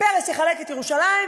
"פרס יחלק את ירושלים",